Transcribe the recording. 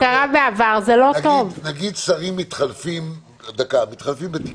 נגיד שרים מתחלפים בתיקים,